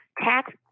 tax